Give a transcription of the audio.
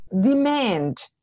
demand